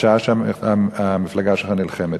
בשעה שהמפלגה שלך נלחמת.